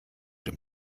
dem